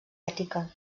ètica